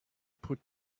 put